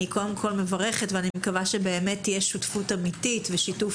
אני מברכת ומקווה שתהיה שותפות אמיתית ושיתוף